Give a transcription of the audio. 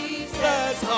Jesus